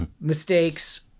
mistakes